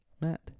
Matt